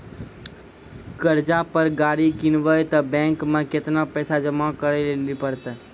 कर्जा पर गाड़ी किनबै तऽ बैंक मे केतना पैसा जमा करे लेली पड़त?